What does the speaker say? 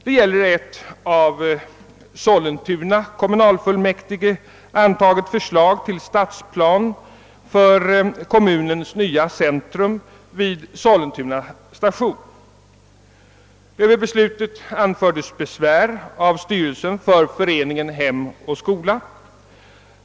Det gäller ett av Sollentuna kommunalfullmäktige antaget förslag till stadsplan för kommunens nya centrum vid Sollentuna station. Över beslutet anfördes besvär av styrelsen för Föreningen Hem och skola.